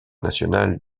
national